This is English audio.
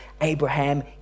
Abraham